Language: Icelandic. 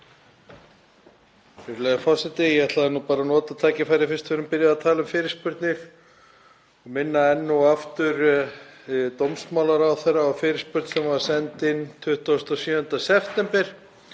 Virðulegur forseti. Ég ætlaði nú bara að nota tækifærið fyrst við erum byrjuð að tala um fyrirspurnir og minna enn og aftur dómsmálaráðherra á fyrirspurn sem var send inn 27. september,